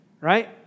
right